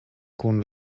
kun